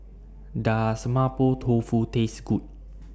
Does Mapo Tofu Taste Good